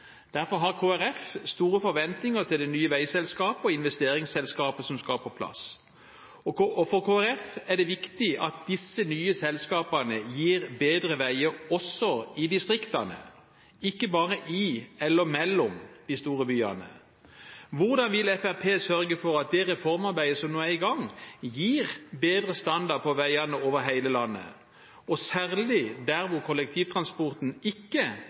Derfor har Kristelig Folkeparti store forventninger til det nye veiselskapet og investeringsselskapet som skal på plass. For Kristelig Folkeparti er det viktig at disse nye selskapene gir bedre veier også i distriktene, ikke bare i eller mellom de store byene. Hvordan vil Fremskrittspartiet sørge for at det reformarbeidet som nå er i gang, gir bedre standard på veiene over hele landet, og særlig der hvor kollektivtransporten ikke